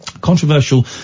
Controversial